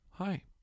Hi